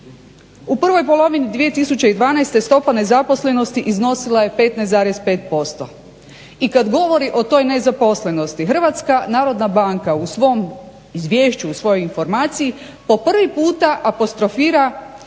U prvoj polovini 2012.stopa nezaposlenosti iznosila je 15,5% i kada govori o toj nezaposlenosti Hrvatska narodna banka u svom izvješću u svojoj informaciji po prvi puta apostrofira